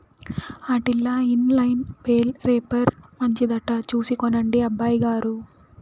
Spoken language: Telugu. ఆటిల్ల ఇన్ లైన్ బేల్ రేపర్ మంచిదట చూసి కొనండి అబ్బయిగారు